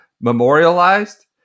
memorialized